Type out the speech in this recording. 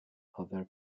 other